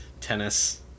Tennis